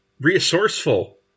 resourceful